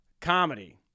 comedy